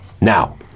Now